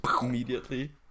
immediately